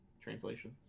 translation